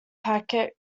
packet